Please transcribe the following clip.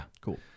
Cool